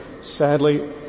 Sadly